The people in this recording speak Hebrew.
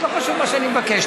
לא חשוב מה שאני מבקש.